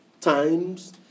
times